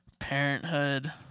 Parenthood